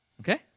okay